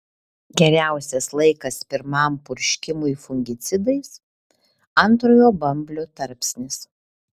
geriausias laikas pirmam purškimui fungicidais antrojo bamblio tarpsnis